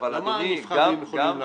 למה נבחרים יכולים להחליט?